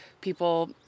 people